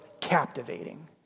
captivating